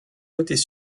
côtés